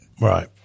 Right